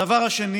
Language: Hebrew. הדבר השני